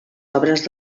obres